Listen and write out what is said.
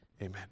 Amen